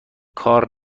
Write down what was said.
کار